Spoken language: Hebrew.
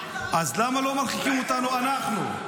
אז למה לא מרחיקים אותנו, אנחנו?